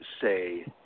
Say